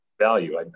value